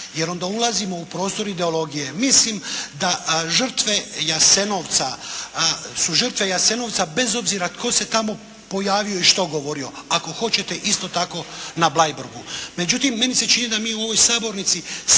Jer onda ulazimo u prostor ideologije. Mislim da žrtve Jasenovca su žrtve Jasenovca bez obzira tko se tamo pojavio i što govorio. Ako hoćete isto tako na Bleiburgu.